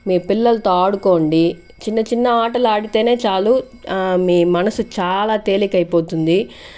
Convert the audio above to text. మీ పిల్లలతో ఆడుకోండి చిన్న చిన్న ఆటలు ఆడితేనే చాలు మీ మనసు చాలా తేలికయిపోతుంది